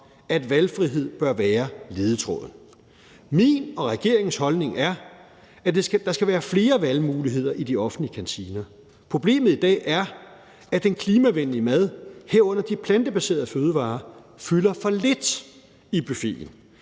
at valgfrihed bør være ledetråden. Min og regeringens holdning er, at der skal være flere valgmuligheder i de offentlige kantiner. Problemet i dag er, at den klimavenlige mad, herunder de plantebaserede fødevarer, fylder for lidt i buffeten.